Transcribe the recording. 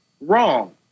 wrong